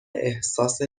احساس